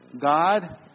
God